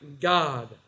God